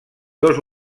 dos